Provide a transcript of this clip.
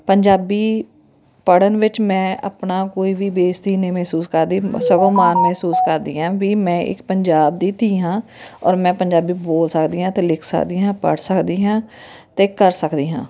ਪੰਜਾਬੀ ਪੜ੍ਹਨ ਵਿੱਚ ਮੈਂ ਆਪਣਾ ਕੋਈ ਵੀ ਬੇਇੱਜ਼ਤੀ ਨਹੀਂ ਮਹਿਸੂਸ ਕਰਦੀ ਸਗੋਂ ਮਾਣ ਮਹਿਸੂਸ ਕਰਦੀ ਹਾਂ ਵੀ ਮੈਂ ਇੱਕ ਪੰਜਾਬ ਦੀ ਧੀ ਹਾਂ ਔਰ ਮੈਂ ਪੰਜਾਬੀ ਬੋਲ ਸਕਦੀ ਹਾਂ ਅਤੇ ਲਿਖ ਸਕਦੀ ਹਾਂ ਪੜ੍ਹ ਸਕਦੀ ਹਾਂ ਅਤੇ ਕਰ ਸਕਦੀ ਹਾਂ